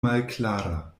malklara